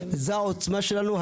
זו העוצמה שלנו.